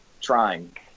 trying